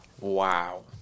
wow